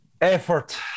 effort